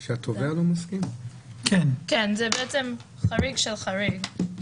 זה בעצם חריג של חריג.